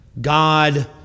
God